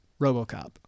RoboCop